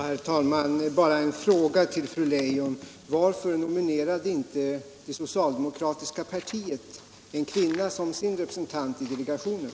Herr talman! Bara en fråga till fru Leijon: Varför nominerade inte det socialdemokratiska partiet en kvinna som sin representant i delegationen?